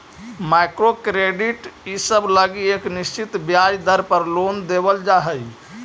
micro credit इसब लगी एक निश्चित ब्याज दर पर लोन देवल जा हई